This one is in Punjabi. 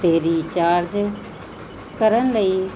ਅਤੇ ਰੀਚਾਰਜ ਕਰਨ ਲਈ